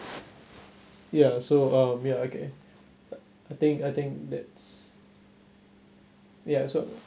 ya so um ya okay I think I think that's ya so